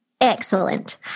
Excellent